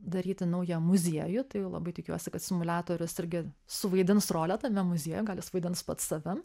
daryti naują muziejų tai jau labai tikiuosi kad simuliatorius irgi suvaidins rolę tame muziejuj gal jis vaidins pats save